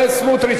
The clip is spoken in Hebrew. סמוטריץ,